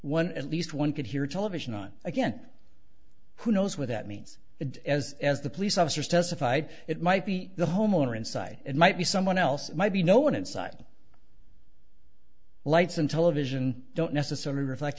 one at least one could hear television on again who knows what that means it as as the police officers testified it might be the homeowner inside it might be someone else might be no one inside lights and television don't necessarily reflect